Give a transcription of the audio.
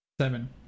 seven